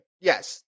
Yes